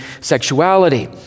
sexuality